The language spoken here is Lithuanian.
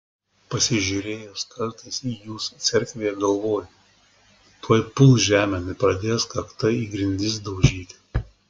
pasižiūrėjus kartais į jus cerkvėje galvoju tuoj puls žemėn ir pradės kakta į grindis daužyti